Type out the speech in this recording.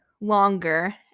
longer